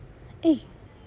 eh